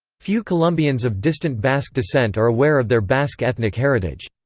few colombians of distant basque descent are aware of their basque ethnic heritage.